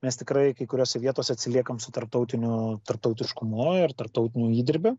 mes tikrai kai kuriose vietose atsiliekam su tarptautiniu tarptautiškumu ir tarptautiniu įdirbiu